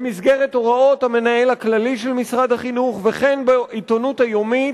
במסגרת הוראות המנהל הכללי של משרד החינוך וכן בעיתונות היומית,